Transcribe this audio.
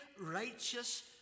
righteous